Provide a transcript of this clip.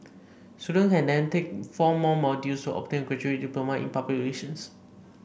student can then take four more modules to obtain a graduate diploma in public relations